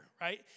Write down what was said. right